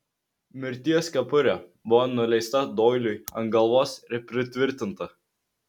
mirties kepurė buvo nuleista doiliui ant galvos ir pritvirtinta